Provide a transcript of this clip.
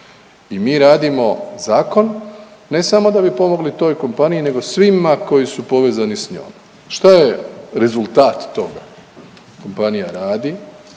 i mi radimo zakon ne samo da bi pomogli toj kompaniji nego svima koji su povezani s njom, šta je rezultat toga, kompanija radi,